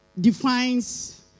defines